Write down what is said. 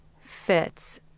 fits